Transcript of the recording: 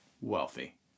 wealthy